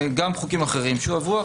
גם חוקים אחרים שהועברו,